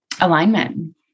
alignment